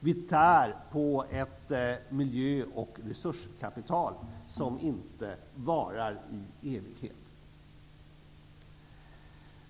Vi tär på ett miljö och resurskapital som inte varar i evighet.